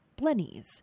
blennies